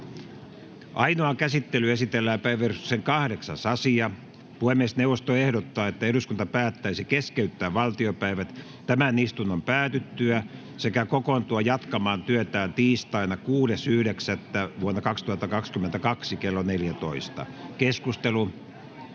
Ainoaan käsittelyyn esitellään päiväjärjestyksen 8. asia. Puhemiesneuvosto ehdottaa, että eduskunta päättäisi keskeyttää valtiopäivät tämän istunnon päätyttyä sekä kokoontua jatkamaan työtään tiistaina 6.9.2022 kello 14. Keskustelua